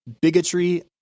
bigotry